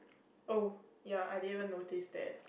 oh ya I didn't even notice that